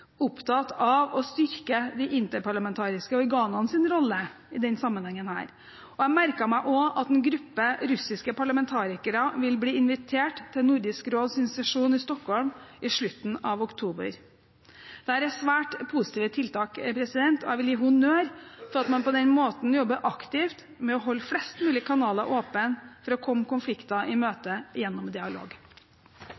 opptatt av å styrke de interparlamentariske organenes rolle i denne sammenhengen, og jeg merket meg òg at en gruppe russiske parlamentarikere vil bli invitert til Nordisk råds sesjon i Stockholm i slutten av oktober. Dette er svært positive tiltak, og jeg vil gi honnør for at man på den måten jobber aktivt med å holde flest mulig kanaler åpne for å komme konflikter i